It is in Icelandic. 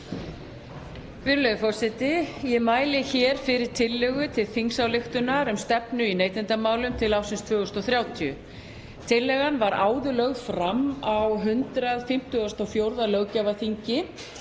Virðulegi forseti. Ég mæli hér fyrir tillögu til þingsályktunar um stefnu í neytendamálum til ársins 2030. Tillagan var áður lögð fram á 154. löggjafarþingi